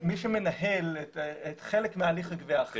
מי שמנהל את חלק מהליך הגבייה,